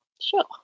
Sure